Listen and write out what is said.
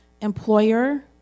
employer